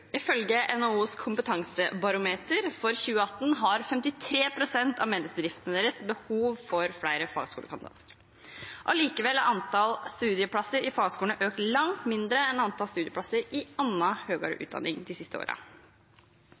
Ifølge NHOs kompetansebarometer for 2018 har 53 pst. av medlemsbedriftene deres behov for flere fagskolekandidater. Allikevel er antall studieplasser i fagskolene økt langt mindre enn antall studieplasser i annen høyere utdanning de siste